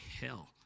hell